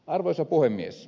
arvoisa puhemies